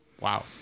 wow